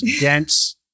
dense